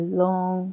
long